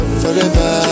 forever